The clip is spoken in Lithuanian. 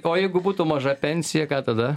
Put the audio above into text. o jeigu būtų maža pensija ką tada